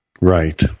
Right